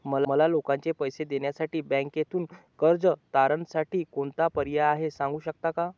मला लोकांचे पैसे देण्यासाठी बँकेतून कर्ज तारणसाठी कोणता पर्याय आहे? सांगू शकता का?